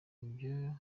ibyo